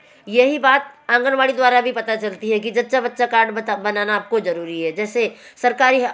यही बात आँगनवाड़ी द्वारा भी पता चलती है कि जच्चा बच्चा कार्ड बता बनाना आपको ज़रूरी है जैसे सरकारी